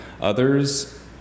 Others